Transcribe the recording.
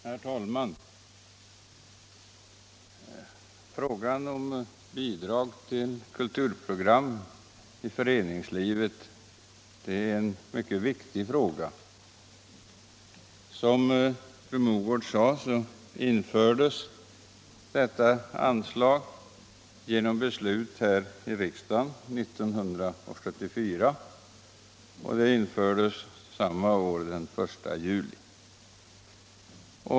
Herr talman! Frågan om bidrag till kulturprogram i föreningslivet är mycket viktig. Som fru Mogård sade beslutades detta anslag här i riksdagen 1974, och det infördes samma år den 1 juli.